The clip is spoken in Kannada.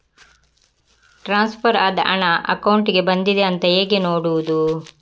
ಟ್ರಾನ್ಸ್ಫರ್ ಆದ ಹಣ ಅಕೌಂಟಿಗೆ ಬಂದಿದೆ ಅಂತ ಹೇಗೆ ನೋಡುವುದು?